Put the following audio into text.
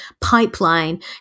pipeline